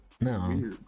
No